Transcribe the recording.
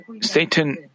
Satan